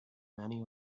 many